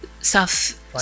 South